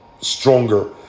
stronger